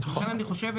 לכן אני חושבת